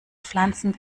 pflanzen